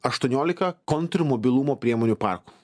aštuoniolika kontmobilumo priemonių parkų